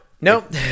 Nope